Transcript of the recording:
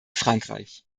frankreich